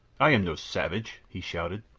i am no savage, he shouted.